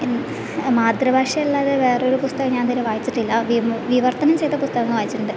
മാതൃഭാഷ അല്ലാതെ വേറൊരു പുസ്തകം ഞാനിതുവരെ വായിച്ചിട്ടില്ല വിവർത്തനം ചെയ്ത പുസ്തകങ്ങൾ വായിച്ചിട്ടുണ്ട്